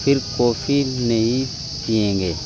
پھر کافی نہیں پئیں گے